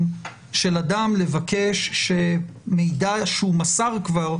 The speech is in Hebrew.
של אדם לבקש שמידע שהוא מסר כבר,